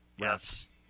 Yes